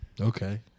Okay